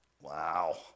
Wow